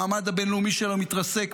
המעמד הבין-לאומי שלנו מתרסק,